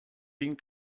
tinc